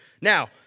Now